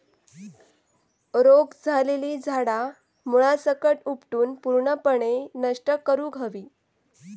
रोग झालेली झाडा मुळासकट उपटून पूर्णपणे नष्ट करुक हवी